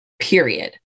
period